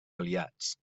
aliats